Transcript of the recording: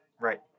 Right